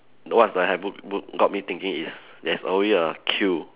what's the hair book book got me thinking is there's always a queue